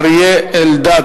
חבר הכנסת אריה אלדד.